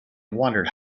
wondered